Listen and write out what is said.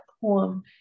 poem